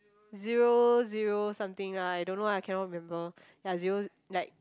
zero zero something lah I don't know I cannot remember ya zero like